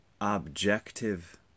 Objective